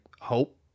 hope